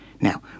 Now